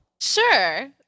Sure